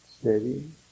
steady